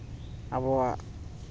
ᱟᱵᱚᱣᱟᱜ